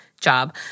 job